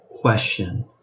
question